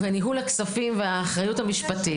וניהול הכספים והאחריות המשפטית.